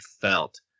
felt